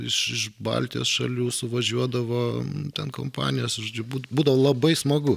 iš iš baltijos šalių suvažiuodavo ten kompanijos žodžiu būd būdavo labai smagu